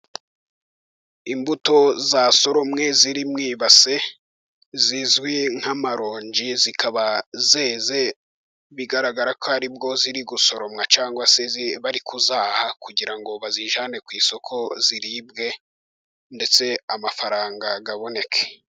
Imbuto zasoromwe ziri mwibase, zizwi nk'amaronji zikaba zeze, bigaragara ko ari bwo ziri gusoromwa, cyangwa se bari ku kuzaha kugira ngo bazijyanane ku isoko, ziribwe ndetse amafaranga agaboneke.